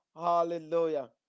hallelujah